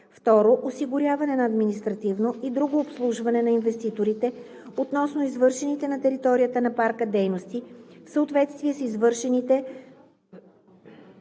2. осигуряване на административно и друго обслужване на инвеститорите относно извършваните на територията на парка дейности в съответствие с правилника